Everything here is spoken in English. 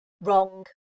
wrong